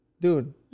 Dude